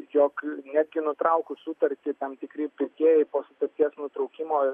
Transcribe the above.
jog netgi nutraukus sutartį tam tikri pirkėjai po sutarties nutraukimo